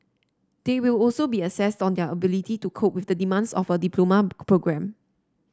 they will also be assessed on their ability to cope with the demands of a diploma programme